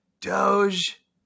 Doge